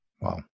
Wow